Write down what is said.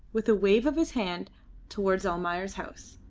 with a wave of his hand towards almayer's house.